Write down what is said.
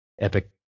Epic